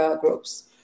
groups